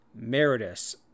Meridus